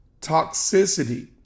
toxicity